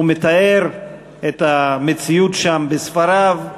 הוא מתאר את המציאות שם בספריו,